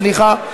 סליחה.